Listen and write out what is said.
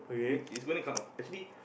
which is gonna come out actually